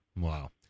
Wow